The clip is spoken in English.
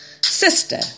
Sister